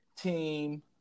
team